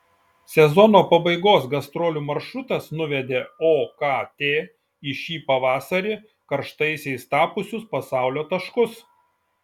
sezono pabaigos gastrolių maršrutas nuvedė okt į šį pavasarį karštaisiais tapusius pasaulio taškus